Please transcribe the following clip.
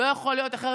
לא יכול להיות אחרת.